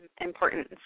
importance